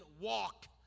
walk